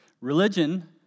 religion